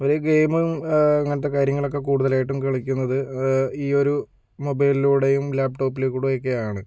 ഇവർ ഗെയിമും അങ്ങനത്തെ കാര്യങ്ങളൊക്കെ കൂടുതലായിട്ടും കളിക്കുന്നത് ഈ ഒരു മൊബൈലിലൂടെയും ലാപ്ടോപ്പിൽ കൂടെയും ഒക്കെ ആണ്